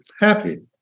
happy